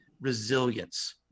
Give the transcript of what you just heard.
resilience